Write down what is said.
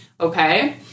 okay